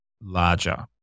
larger